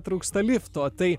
trūksta lifto tai